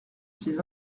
ses